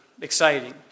exciting